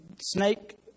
snake